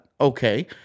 Okay